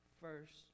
first